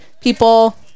people